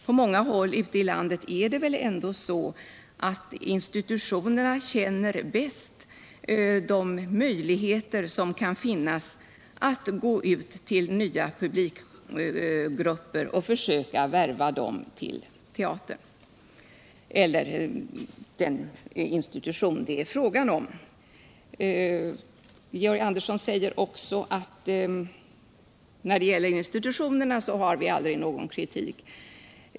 På många håll ute i landet är det väl ändå så att institutionerna bäst känner de möjligheter som kan finnas att gå ut till nya publikgrupper och försöka värva dem för teater eller för annan kulturell verksamhet. Georg Andersson säger också att det aldrig framförs någon kritik från moderat håll när det gäller institutionerna.